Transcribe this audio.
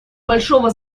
большого